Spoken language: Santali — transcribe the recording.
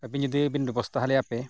ᱟᱹᱵᱤᱱ ᱡᱩᱫᱤ ᱵᱤᱱ ᱵᱮᱵᱚᱥᱛᱷᱟ ᱟᱞᱮᱭᱟ ᱯᱮ